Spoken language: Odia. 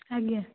ଆଜ୍ଞା